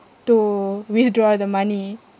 to withdraw the money